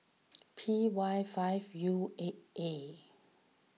P Y five U eight A